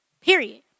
Period